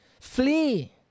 flee